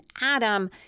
Adam